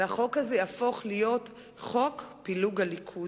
והחוק הזה יהפוך להיות חוק פילוג הליכוד.